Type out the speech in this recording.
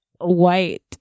white